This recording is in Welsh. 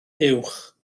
uwch